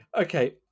okay